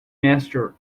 master